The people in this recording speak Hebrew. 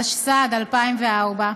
התשס"ד 2004,